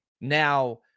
Now